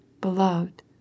beloved